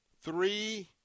three